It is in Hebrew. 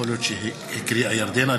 יכול להיות שהקריאה ירדנה,